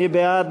מי בעד?